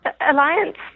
Alliance